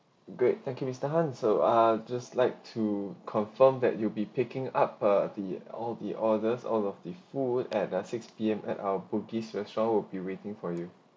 great thank you mr han so ah just like to confirm that you'll be picking up uh the all the orders all of the food at uh six P_M at our bugis restaurant we'l be waiting for you